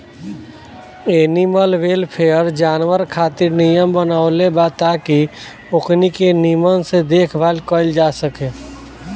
animal welfare, जानवर खातिर नियम बनवले बा ताकि ओकनी के निमन से देखभाल कईल जा सके